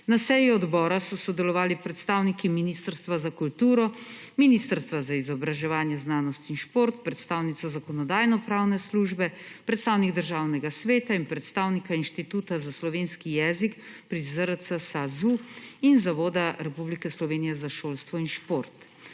Na seji odbora so sodelovali predstavniki Ministrstva za kulturo, Ministrstva za izobraževanje, znanost in šport, predstavnica Zakonodajno-pravne službe, predstavnik Državnega sveta in predstavnika Inštituta za slovenski jezik pri ZRC SAZU in Zavoda Republike Slovenije za šolstvo in šport.